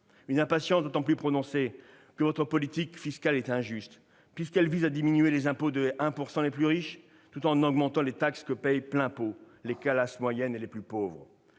Une impatience d'autant plus prononcée que votre politique fiscale est injuste, puisqu'elle vise à diminuer les impôts des 1 % les plus riches, tout en augmentant les taxes que paient « plein pot » les classes moyennes et les plus pauvres.